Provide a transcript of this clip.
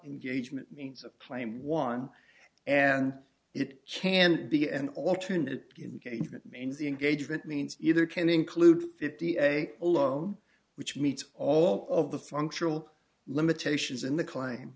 engagement means of claim one and it can't be an alternate means engagement means either can include fifty alone which meets all of the functional limitations in the claim